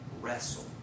wrestle